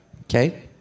Okay